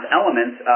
elements